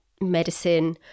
medicine